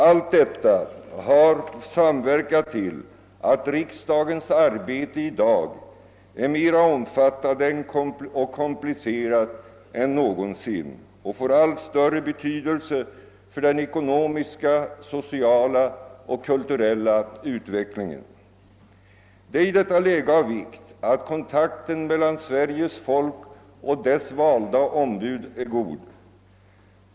Allt detta har samverkat till att riksdagens arbete i dag är mera omfattande och komplicerat än någonsin och får allt större betydelse för den ekonomiska, sociala och kulturella utvecklingen. Det är i detta läge av vikt att kontakten mellan Sveriges folk och dess valda ombud är god.